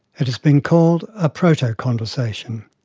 it has been called a proto-conversation.